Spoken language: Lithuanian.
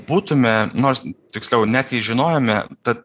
būtume nors tiksliau net jei žinojome ta